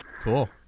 Cool